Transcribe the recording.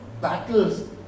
battles